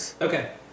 Okay